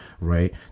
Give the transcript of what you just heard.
right